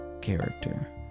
character